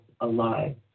alive